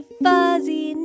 fuzzy